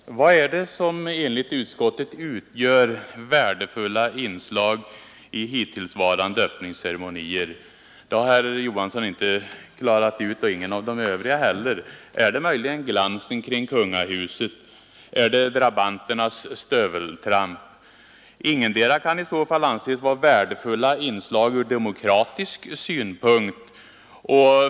Herr talman! Vad är det som enligt utskottet utgör värdefulla inslag i hittillsvarande öppningsceremonier? Det har herr Johansson i Trollhättan inte klarat ut och ingen av de övriga heller. Är det möjligen glansen kring kungahuset? Eller är det drabanternas stöveltramp? Ingetdera kan anses vara värdefullt inslag från demokratisk synpunkt.